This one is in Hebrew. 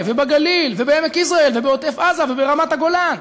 ובגליל ובעמק-יזרעאל ובעוטף-עזה וברמת-הגולן,